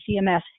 cms